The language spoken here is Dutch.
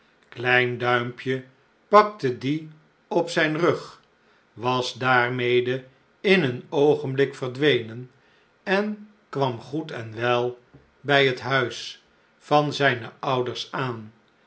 klein duimpje pakte die op zijn rug was daarmede in een oogenblik verdwenen en kwam goed en wel bij t huis van zijne ouders aan